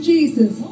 Jesus